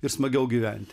ir smagiau gyventi